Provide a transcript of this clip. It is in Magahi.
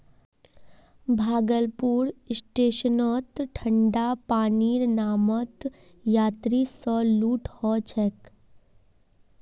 भागलपुर स्टेशनत ठंडा पानीर नामत यात्रि स लूट ह छेक